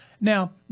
Now